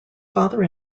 father